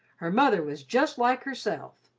her mother was just like herself.